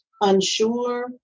unsure